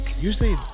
Usually